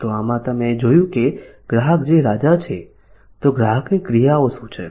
તો આમાં તમે જોયું કે ગ્રાહક જે રાજા છે તો ગ્રાહકની ક્રિયાઓ શું છે